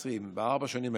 2020, בארבע השנים האלה,